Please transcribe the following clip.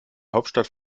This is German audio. hauptstadt